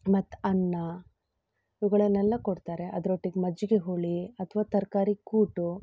ಮತ್ತು ಅನ್ನ ಇವುಗಳನ್ನೆಲ್ಲ ಕೊಡ್ತಾರೆ ಅದ್ರೊಟ್ಟಿಗೆ ಮಜ್ಜಿಗೆ ಹೋಳಿ ಅಥವಾ ತರಕಾರಿ ಕೂಟು